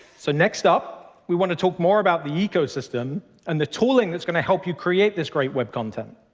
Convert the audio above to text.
so next up, we want to talk more about the ecosystem and the tooling that's going to help you create this great web content.